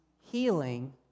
healing